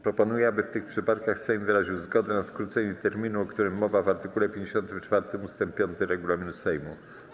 Proponuję, aby w tych przypadkach Sejm wyraził zgodę na skrócenie terminu, o którym mowa w art. 54 ust. 5 regulaminu Sejmu.